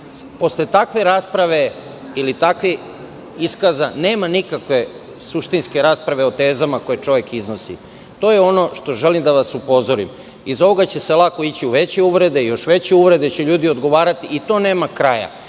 Posle takve rasprave ili takvih iskaza nema nikakve suštinske rasprave o tezama koje čovek iznosi. To je ono što želim da vas upozorim. Iz ovoga će se lako ići u veće uvrede, još veće uvrede i tome nema kraja.